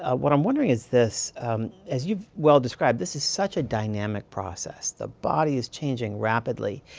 ah what i'm wondering is this as you've well-described, this is such a dynamic process. the body is changing rapidly.